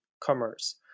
commerce